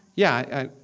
yeah,